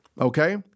okay